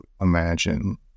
imagine